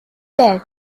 death